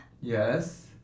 Yes